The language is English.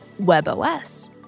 WebOS